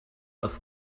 aus